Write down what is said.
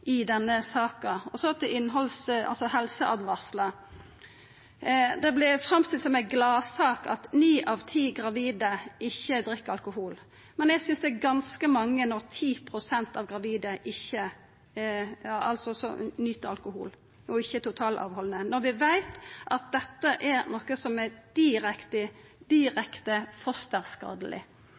i denne saka. Så til helseåtvaringar: Det vert framstilt som ei gladsak at ni av ti gravide ikkje drikk alkohol, men eg synest det er ganske mange når 10 pst. av gravide nyt alkohol og ikkje er totalfråhaldande, når vi veit at dette er noko som er direkte